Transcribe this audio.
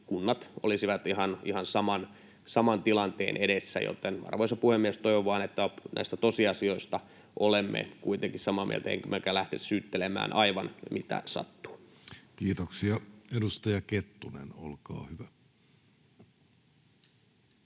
kunnat olisivat ihan saman tilanteen edessä. Joten, arvoisa puhemies, toivon vaan, että näistä tosiasioista olemme kuitenkin samaa mieltä, emmekä lähde syyttelemään aivan mitä sattuu. [Speech 368] Speaker: Jussi Halla-aho